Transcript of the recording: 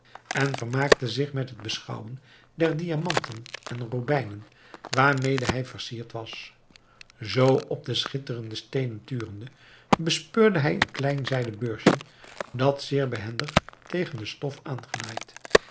en vermaakte zich met het beschouwen der diamanten en robijnen waarmede hij versierd was zoo op de schitterende steenen turende bespeurde hij een klein zijden beursje dat zeer behendig tegen de stof aangenaaid